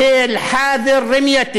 / הסוסים אינם נותנים להניח מושב על גבם.